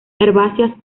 herbáceas